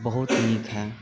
बहुत नीक है